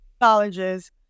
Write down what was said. colleges